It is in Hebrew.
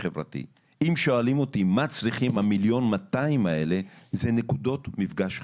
אם שואלים אותי מה צריכים ה- 1,200,000 האלה זה נקודות מפגש חברתיות.